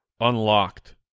unlocked